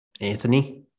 Anthony